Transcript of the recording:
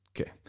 Okay